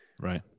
Right